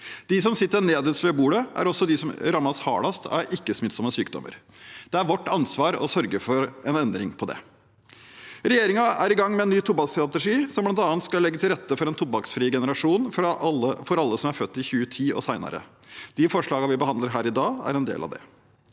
De som sitter nederst ved bordet, er også de som rammes hardest av ikke-smittsomme sykdommer. Det er vårt ansvar å sørge for en endring på det. Regjeringen er i gang med en ny tobakksstrategi som bl.a. skal legge til rette for en tobakksfri generasjon for alle som er født i 2010 og senere. De forslagene vi behandler her i dag, er en del av det.